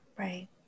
Right